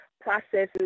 processes